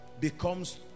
becomes